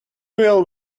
will